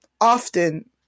often